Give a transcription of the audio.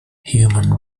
human